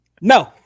No